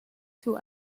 too